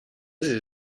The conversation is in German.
sie